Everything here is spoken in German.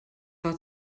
war